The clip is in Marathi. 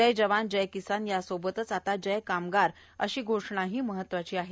जय जवान जय किसान यासोबतच जय कामगार अशी घोषणाही महत्वाची आहे